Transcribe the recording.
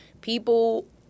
people